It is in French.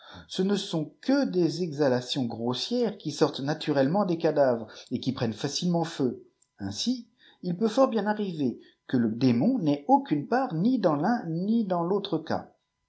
ce ne sont que des exhalaisons grossières qui sortent naturellement des cadavres et qui prennent facilement feu ainsi il peut fort bien arriver que le démon n'ait aucune part ni dans l'un ni dans l'autre cas